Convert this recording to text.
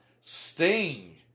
Sting